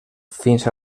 fins